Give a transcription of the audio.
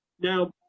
Now